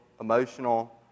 emotional